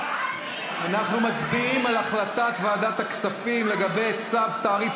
אנחנו מצביעים על החלטת ועדת הכספים לגבי צו תעריף